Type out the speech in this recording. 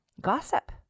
gossip